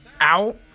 out